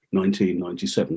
1997